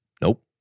nope